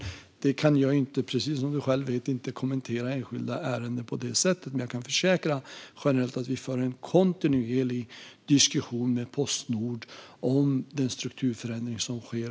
Precis som Mikael Larsson vet kan jag inte kommentera enskilda ärenden på det sättet, men jag kan försäkra generellt att vi för en kontinuerlig diskussion med Postnord om den strukturförändring som sker.